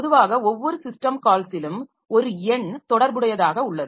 பொதுவாக ஒவ்வொரு சிஸ்டம் கால்ஸிலும் ஒரு எண் தொடர்புடையதாக உள்ளது